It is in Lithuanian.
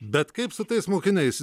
bet kaip su tais mokiniais